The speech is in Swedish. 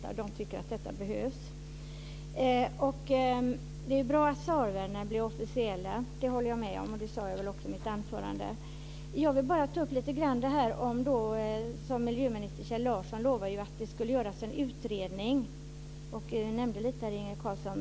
Det tycker att det behövs. Det är bra att SAR-värdena blir officiella. Det håller jag med om. Det sade jag också i mitt anförande. Miljöminister Kjell Larsson lovade att det skulle göras en utredning. Jag nämnde det, Inge Carlsson.